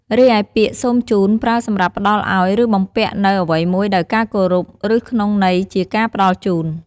រីឯពាក្យ សូមជូន ប្រើសម្រាប់ផ្តល់ឲ្យ ឬបំពាក់នូវអ្វីមួយដោយការគោរព ឬក្នុងន័យជាការផ្តល់ជូន។